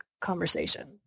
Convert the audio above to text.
conversation